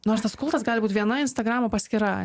nors tas kultas gali būt viena instagramo paskyra